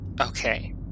Okay